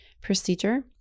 procedure